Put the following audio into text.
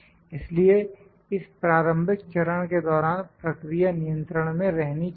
इसलिए इस प्रारंभिक चरण के दौरान प्रक्रिया नियंत्रण में रहनी चाहिए